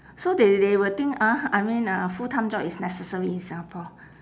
so they they will think !huh! I mean a full time job is necessary in singapore